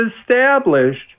established